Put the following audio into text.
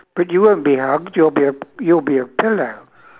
but you won't be harmed you'll be a you'll be a pillow